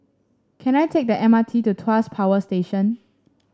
can I take the M R T to Tuas Power Station